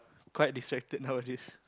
quite distracted nowadays